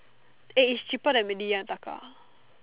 eh is cheaper than Meidi-ya Taka